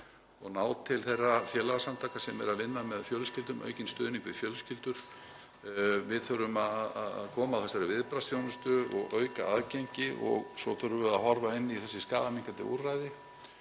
og ná til þeirra félagasamtaka sem eru að vinna með fjölskyldum, veita aukinn stuðning við fjölskyldur. Við þurfum að koma á þessari viðbragðsþjónustu og auka aðgengi og svo þurfum við að horfa til þessara skaðaminnkandi úrræða,